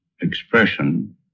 expression